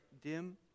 dim